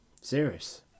serious